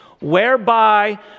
whereby